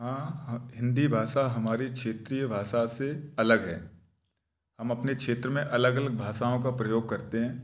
हाँ हिंदी भाषा हमारी क्षेत्रीय भाषा से अलग है हम अपने क्षेत्र में अलग अलग भाषाओं का प्रयोग करते हैं